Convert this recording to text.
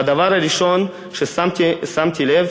והדבר הראשון ששמתי לב